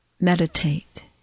meditate